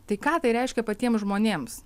tai ką tai reiškia patiems žmonėms